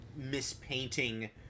mispainting